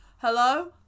Hello